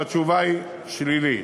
והתשובה היא שלילית.